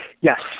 Yes